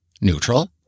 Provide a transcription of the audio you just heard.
neutral